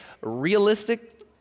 Realistic